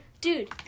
Dude